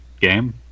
game